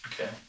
Okay